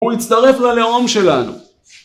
‫הוא יצטרף ללאום שלנו.